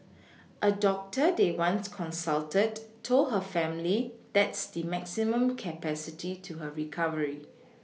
a doctor they once consulted told her family that's the maximum capacity to her recovery